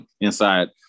inside